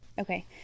okay